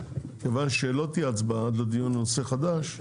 כיוון שלא תהיה הצבעה עד לדיון בנושא חדש,